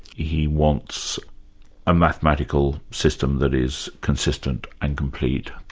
he wants a mathematical system that is consistent and complete,